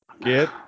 Get